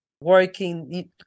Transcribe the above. working